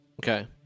okay